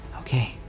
Okay